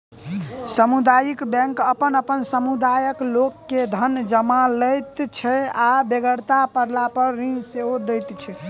सामुदायिक बैंक अपन समुदायक लोक के धन जमा लैत छै आ बेगरता पड़लापर ऋण सेहो दैत छै